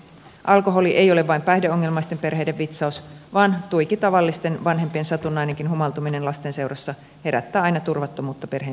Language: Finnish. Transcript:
alkoholi ei ole vain päihdeongelmaisten perheiden vitsaus vaan tuiki tavallisten vanhempien satunnainenkin humaltuminen lasten seurassa herättää aina turvattomuutta perheen pienimmissä